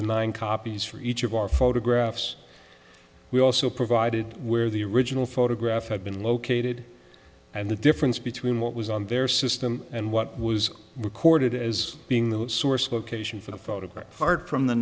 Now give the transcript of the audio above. the nine copies for each of our photographs we also provided where the original photograph had been located and the difference between what was on their system and what was recorded as being the source location for the photograph part from the